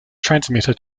transmitter